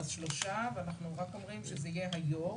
אז שלושה, ואנחנו רק אומרים שזה יהיה היו"ר,